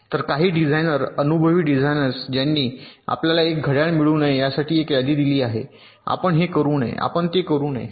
तर काही डिझाइनर अनुभवी डिझाइनर्स ज्यांनी आपल्याला एक घड्याळ मिळू नये यासाठी एक यादी दिली आहे आपण हे करू नये आपण ते करू नये